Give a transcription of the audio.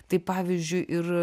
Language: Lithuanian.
tai pavyzdžiui ir